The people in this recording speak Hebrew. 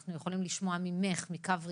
ושאנחנו יכולים לשמוע ממך מקו ראשון,